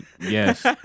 Yes